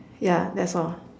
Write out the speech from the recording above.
ya that's all